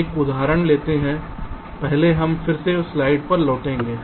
एक उदाहरण लेते हैं पहले हम फिर से स्लाइड पर लौटेंगे